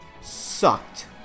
sucked